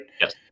Yes